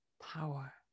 power